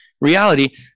reality